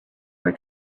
were